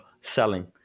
selling